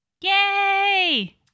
Yay